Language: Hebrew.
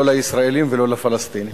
לא ישראלים ולא פלסטינים.